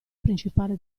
principale